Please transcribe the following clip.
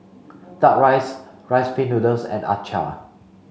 duck rice rice pin noodles and Acar